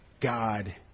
God